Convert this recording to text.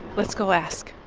let's go ask